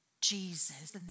Jesus